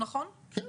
כן.